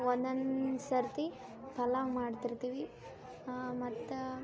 ಒಂದೊಂದು ಸರ್ತಿ ಪಲಾವು ಮಾಡ್ತಿರ್ತೀವಿ ಮತ್ತು